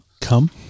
Come